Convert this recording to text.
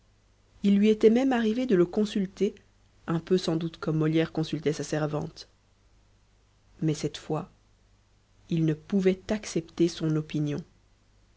il lui était même arrivé de le consulter un peu sans doute comme molière consultait sa servante mais cette fois il ne pouvait accepter son opinion